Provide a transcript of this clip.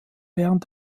während